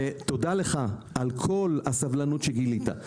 תודה לך על כל הסבלנות שגילית.